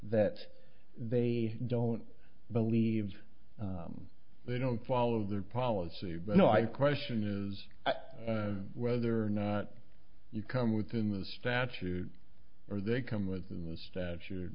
that they don't believe they don't follow their policy but no i question is whether or not you come within the statute or they come within the statute